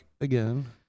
Again